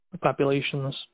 populations